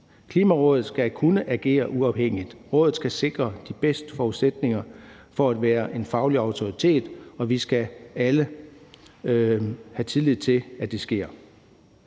Klimarådet skal kunne agere uafhængigt. Rådet skal sikres de bedste forudsætninger for at være en faglig autoritet, og vi skal alle have tillid til, at det sker.